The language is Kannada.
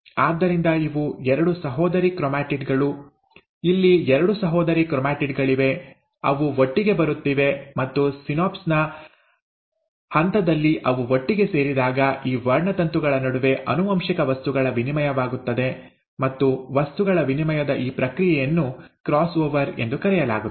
ಆದ್ದರಿಂದ ಇವು ಎರಡು ಸಹೋದರಿ ಕ್ರೊಮ್ಯಾಟಿಡ್ ಗಳು ಇಲ್ಲಿ ಎರಡು ಸಹೋದರಿ ಕ್ರೊಮ್ಯಾಟಿಡ್ ಗಳಿವೆ ಅವು ಒಟ್ಟಿಗೆ ಬರುತ್ತಿವೆ ಮತ್ತು ಸಿನಾಪ್ಸ್ ನ ಹಂತದಲ್ಲಿ ಅವು ಒಟ್ಟಿಗೆ ಸೇರಿದಾಗ ಈ ವರ್ಣತಂತುಗಳ ನಡುವೆ ಆನುವಂಶಿಕ ವಸ್ತುಗಳ ವಿನಿಮಯವಾಗುತ್ತದೆ ಮತ್ತು ವಸ್ತುಗಳ ವಿನಿಮಯದ ಈ ಪ್ರಕ್ರಿಯೆಯನ್ನು ಕ್ರಾಸ್ ಓವರ್ ಎಂದು ಕರೆಯಲಾಗುತ್ತದೆ